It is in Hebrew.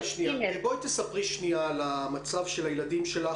ספרי על מצב הילדים שלך,